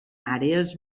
àrees